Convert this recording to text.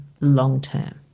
long-term